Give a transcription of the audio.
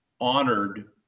honored